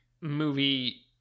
movie